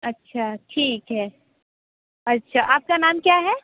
अच्छा ठीक है अच्छा आपका नाम क्या है